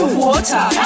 water